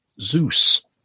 Zeus